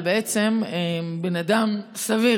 אבל בעצם בן אדם סביר,